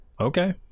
Okay